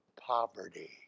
poverty